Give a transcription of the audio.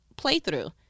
playthrough